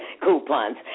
coupons